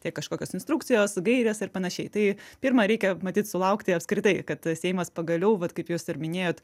tai kažkokios instrukcijos gairės ir panašiai tai pirma reikia matyt sulaukti apskritai kad seimas pagaliau vat kaip jūs ir minėjot